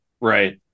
Right